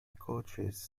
coaches